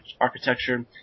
architecture